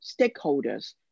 stakeholders